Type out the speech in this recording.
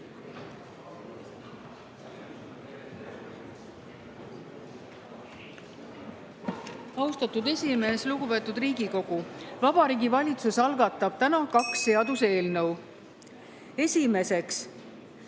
Austatud esimees! Lugupeetud Riigikogu! Vabariigi Valitsus algatab täna kaks seaduseelnõu. Esimeseks,